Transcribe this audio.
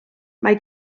mae